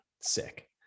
sick